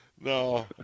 No